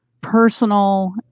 personal